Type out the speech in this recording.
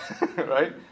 right